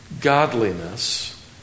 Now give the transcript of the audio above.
godliness